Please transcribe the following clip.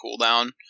cooldown